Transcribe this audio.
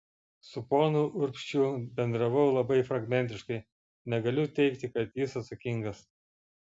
su ponu urbšiu bendravau labai fragmentiškai negaliu teigti kad jis atsakingas